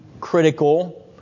critical